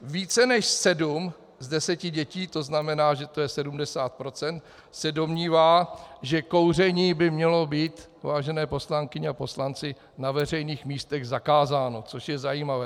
Více než 7 z 10 dětí, to znamená, že je to 70 %, se domnívá, že kouření by mělo být, vážené poslankyně a poslanci, na veřejných místech zakázáno, což je zajímavé.